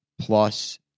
plus